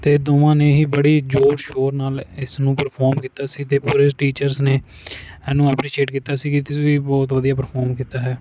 ਅਤੇ ਦੋਵਾਂ ਨੇ ਹੀ ਬੜੀ ਜੋਰ ਸ਼ੋਰ ਨਾਲ ਇਸਨੂੰ ਪਰਫੋਮ ਕੀਤਾ ਸੀ ਅਤੇ ਪੂਰੇ ਟੀਚਰਸ ਨੇ ਇਹਨੂੰ ਐਪਰੀਸ਼ੀਏਟ ਕੀਤਾ ਸੀ ਕਿ ਤੁਸੀਂ ਬਹੁਤ ਵਧੀਆ ਪਰਫੋਮ ਕੀਤਾ ਹੈ